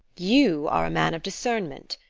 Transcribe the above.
you are a man of discernment.